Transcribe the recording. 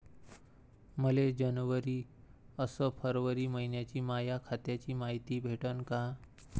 मले जनवरी अस फरवरी मइन्याची माया खात्याची मायती भेटन का?